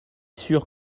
sûr